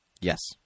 Yes